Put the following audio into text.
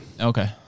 Okay